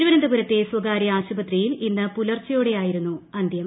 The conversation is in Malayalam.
തിരുവനന്തപുരത്തെ സ്വകാര്യ ആശുപത്രിയിൽ ഇന്ന് പുലർച്ചയോടെയായിരുന്നു അന്ത്യം